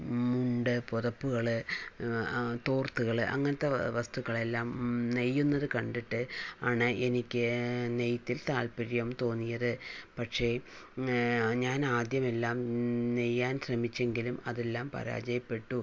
മുണ്ട് പൊതപ്പുകള് തോർത്തുകള് അങ്ങനത്തെ വസ്തുക്കളെല്ലാം നെയ്യുന്നത് കണ്ടിട്ട് ആണ് എനിക്ക് നെയ്ത്തിൽ താല്പര്യം തോന്നിയത് പക്ഷേ ഞാനാദ്യമെല്ലാം നെയ്യാൻ ശ്രമിച്ചെങ്കിലും അതെല്ലാം പരാജയപ്പെട്ടു